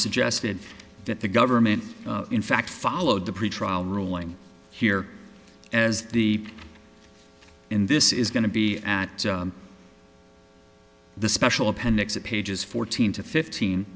suggested that the government in fact followed the pretrial ruling here as the in this is going to be at the special appendix of pages fourteen